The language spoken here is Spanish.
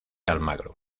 almagro